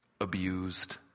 abused